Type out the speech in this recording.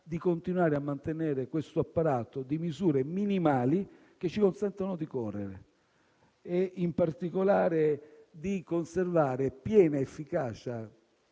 di continuare a mantenere questo apparato di misure minimali che ci consentono di correre e, in particolare, di conservare piena efficacia